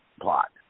plot